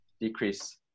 decrease